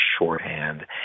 shorthand